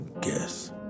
guess